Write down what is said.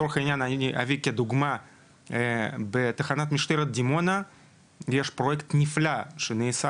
לצורך העניין כדוגמה בתחנת משטרת דימונה יש פרויקט נפלא שנעשה